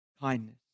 kindness